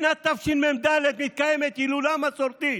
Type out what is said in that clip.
משנת תשמ"ד מתקיימת הילולה מסורתית.